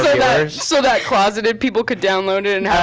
so that closeted people could download it